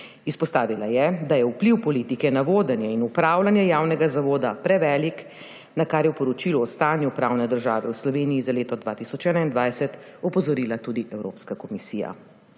Izpostavila je, da je vpliv politike na vodenje in upravljanje javnega zavoda prevelik, na kar je v poročilu o stanju pravne države v Sloveniji za leto 2021 opozorila tudi Evropska komisija.